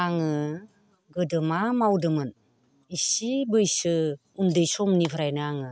आङो गोदो मा मावदोंमोन एसे बैसो उन्दै समनिफ्रायनो आङो